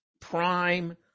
prime